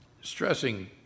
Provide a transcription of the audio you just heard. stressing